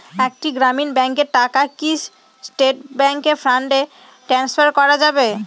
একটি গ্রামীণ ব্যাংকের টাকা কি স্টেট ব্যাংকে ফান্ড ট্রান্সফার করা যাবে?